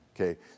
Okay